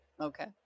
Okay